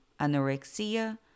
anorexia